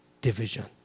division